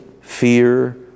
fear